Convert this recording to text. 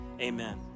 amen